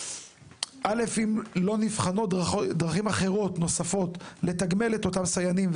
א' אם לא נבחנות דרכים אחרות ונוספות לתגמול אותם סייענים,